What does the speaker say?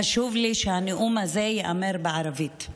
חשוב לי שהנאום הזה ייאמר בערבית.